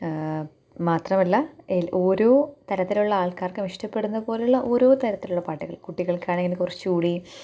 മാത്രമല്ല ഓരോ തരത്തിലുള്ള ആൾക്കാർക്കും ഇഷ്ടപ്പെടുന്ന പോലുള്ള ഓരോ തരത്തിലുള്ള പാട്ടുകൾ കുട്ടികൾക്കാണെങ്കിൽ കുറച്ചുകൂടി